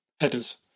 headers